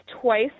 twice